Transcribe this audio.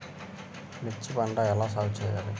మిర్చి పంట ఎలా సాగు చేయాలి?